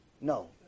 No